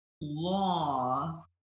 law